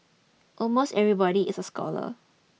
almost everybody is a scholar